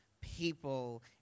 people